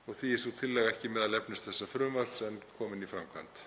og því er sú tillaga ekki meðal efnis þessa frumvarps en komin í framkvæmd.